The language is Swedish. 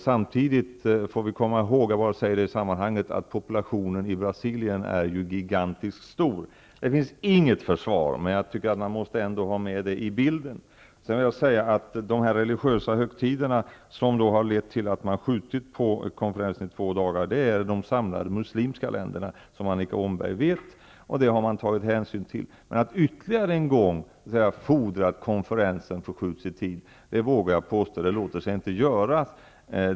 Samtidigt måste vi komma ihåg att populationen i Brasilien är gigantiskt stor. Det finns inget försvar, men vi måste ändå ha det med i bilden. De religiösa högtider som har lett till att man har skjutit på konferensen i två dagar gäller de samlade muslimska länderna, som Annika Åhnberg vet. Det har man tagit hänsyn till. Att ytterligare en gång fordra att konferensen förskjuts i tiden låter sig inte göras. Det vågar jag påstå.